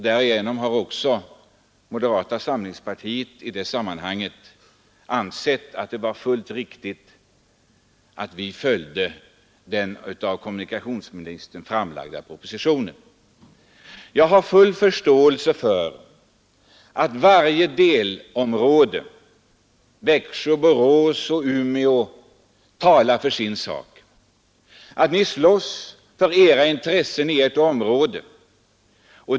Därigenom har också moderata samlingspartiets representanter ansett det vara riktigt att tillstyrka den av kommunikationsministern framlagda propositionen. Jag har full förståelse för att riksdagsledamöterna från olika områden — Växjö, Borås och Umeå — talar för sin sak, att ni slåss för vad som är ert intresse för era bygder.